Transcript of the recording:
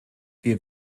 wir